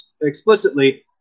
explicitly